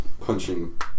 punching